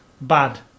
bad